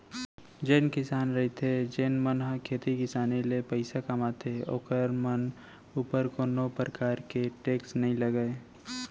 जेन किसान रहिथे जेन मन ह खेती किसानी ले पइसा कमाथे ओखर मन ऊपर कोनो परकार के टेक्स नई लगय